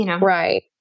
Right